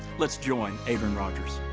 let's join adrian rogers.